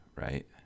right